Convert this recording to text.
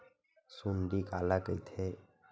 सुंडी काला कइथे?